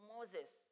Moses